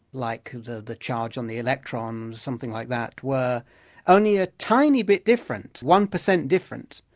like the the charge on the electron, something like that were only a tiny bit different, one percent different,